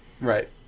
Right